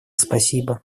спасибо